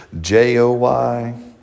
J-O-Y